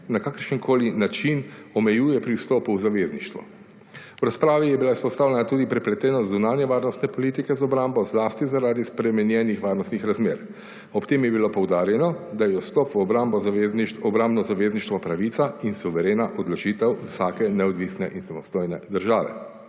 na kakršenkoli način omejuje pri vstopu v zavezništvo. V razpravi je bila izpostavljena tudi prepletenost zunanje varnostne politike z obrambo, zlasti zaradi spremenjenih varnostnih razmer. Ob tem je bilo poudarjeno, da je vstop v obrambno zavezništvo pravico in suverena odločitev vsake neodvisne in samostojne države.